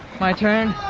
my turn?